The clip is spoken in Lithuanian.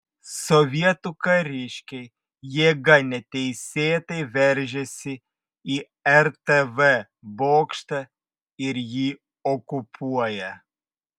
sovietų kariškiai jėga neteisėtai veržiasi į rtv bokštą ir jį okupuoja